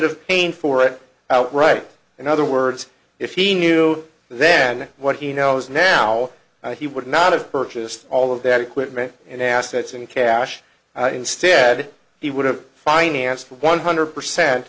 of paying for it outright in other words if he knew then what he knows now he would not have purchased all of that equipment and assets in cash instead he would have financed one hundred percent